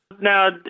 now